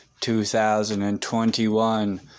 2021